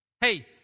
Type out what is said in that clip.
hey